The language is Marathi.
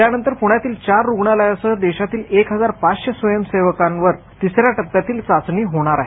त्यानंतर पुण्यातील चार रूग्णालयांसह देशात एक हजार पाचशे स्वयंसेवकावर तिसऱ्या टप्प्यातील चाचाणी होणार आहे